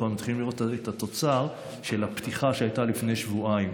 אנחנו מתחילים לראות את התוצר של הפתיחה שהייתה לפני שבועיים.